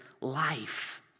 life